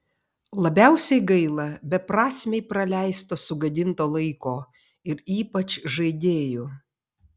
labiausiai gaila beprasmiai praleisto sugadinto laiko ir ypač žaidėjų